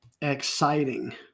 exciting